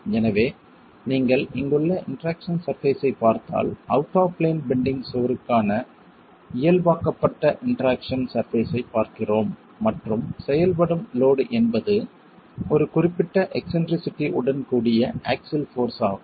எனவே நீங்கள் இங்குள்ள இன்டெராக்சன் சர்பேஸ் ஐப் பார்த்தால் அவுட் ஆப் பிளேன் பெண்டிங் சுவருக்கான இயல்பாக்கப்பட்ட இன்டெராக்சன் சர்பேஸ் ஐப் பார்க்கிறோம் மற்றும் செயல்படும் லோட் என்பது ஒரு குறிப்பிட்ட எக்ஸ்ன்ட்ரிசிட்டி உடன் கூடிய ஆக்ஸில் போர்ஸ் ஆகும்